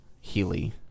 Healy